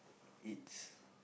it's